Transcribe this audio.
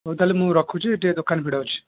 ହଉ ତାହେଲେ ମୁଁ ରଖୁଛି ଟିକେ ଦୋକାନ ଭିଡ଼ ଅଛି